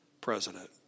president